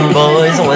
boys